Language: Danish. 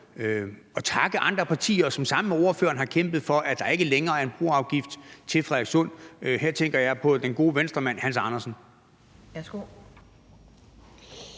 at takke andre partier, som sammen med ordføreren har kæmpet for, at der ikke længere skulle være en broafgift på broen til Frederikssund. Her tænker jeg på den gode Venstremand Hans Andersen.